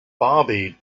bobby